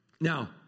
Now